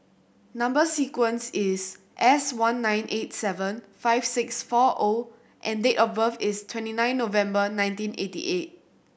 number sequence is S one nine eight seven five six four O and date of birth is twenty nine November nineteen eighty eight